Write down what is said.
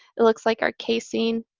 it looks like our casing